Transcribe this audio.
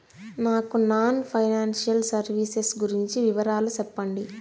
నాకు non financial services గురించి వివరాలు సెప్పండి?